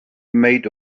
made